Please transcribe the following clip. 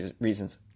reasons